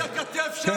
לי יש שקע כתף שאין לך,